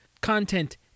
content